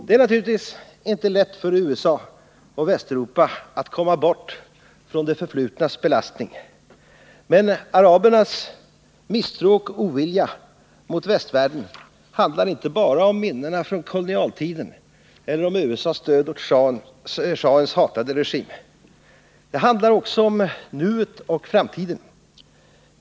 Det är naturligtvis inte lätt för USA och Västeuropa att komma bort från det förflutnas belastning. Men arabernas misstro och ovilja mot västvärlden gäller inte bara minnena från kolonialtiden eller USA:s stöd åt schahens hatade regim. De gäller också nuet och framtiden.